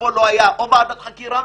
שבסופו לא קמה ועדת חקירה